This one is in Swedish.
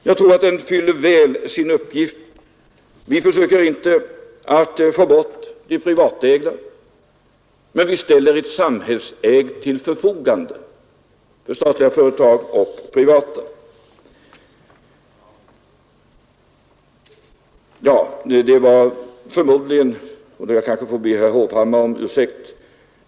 Jag tror att det väl fyller sin uppgift. Vi försöker inte få bort de privatägda, men vi ställer ett samhällsägt till förfogande för statliga företag och privata. Jag får be herr Hovhammar om ursäkt.